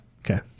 Okay